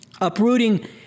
uprooting